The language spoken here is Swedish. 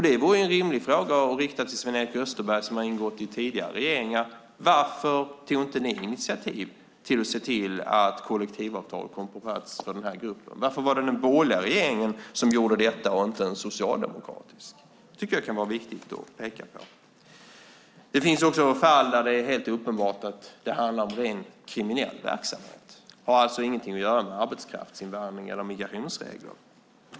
Det vore en rimlig fråga att rikta till Sven-Erik Österberg, som har ingått i tidigare regeringar, varför ni inte tog initiativ till att se till att kollektivavtal kom på plats för den här gruppen? Varför var det den borgerliga regeringen som gjorde detta, inte en socialdemokratisk? Det kan vara viktigt att peka på. Det finns också fall där det är helt uppenbart att det handlar om rent kriminell verksamhet. Det har alltså ingenting att göra med arbetskraftsinvandring eller migrationsregler.